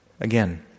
Again